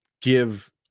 give